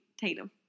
Tatum